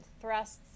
thrusts